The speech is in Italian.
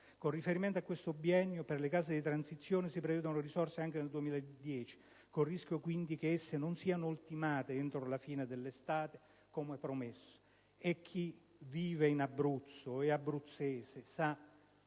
con riferimento a tale biennio, per le case di transizione si prevedono risorse anche nel 2010, con il rischio, quindi, che esse non siano ultimate entro la fine dell'estate, come promesso. E chi vive in Abruzzo, o è abruzzese, sa